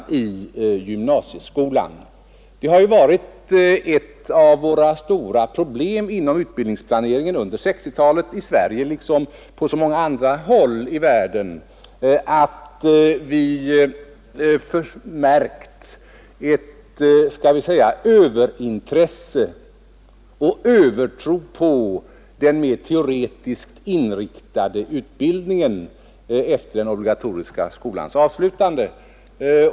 Jag vill säga detta närmast med anledning av herr Fiskesjös inlägg, som jag på den punkten inte riktigt förstod. Det har ju varit ett av våra stora problem inom utbildningsplaneringen under 1960-talet, i Sverige liksom på så många andra håll i världen, att vi märkt ett skall vi säga överintresse och en övertro på den mer teoretiskt inriktade utbildningen efter den obligatoriska skolans avslutande.